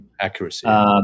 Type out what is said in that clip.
accuracy